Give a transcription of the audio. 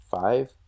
five